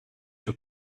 your